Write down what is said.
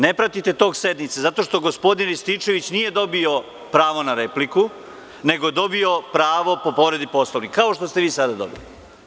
Ne pratite tok sednice zato što gospodin Rističević nije dobio pravo na repliku, nego je dobio pravo po povredi Poslovnika, kao što ste vi sada dobili.